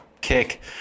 kick